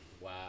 Wow